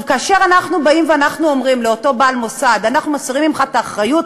כאשר אנחנו באים ואומרים לאותו בעל מוסד: אנחנו מסירים ממך את האחריות,